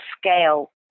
scale